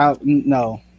no